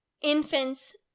infants